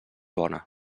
bona